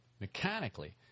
Mechanically